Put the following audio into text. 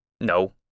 No